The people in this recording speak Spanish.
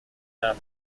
las